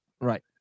Right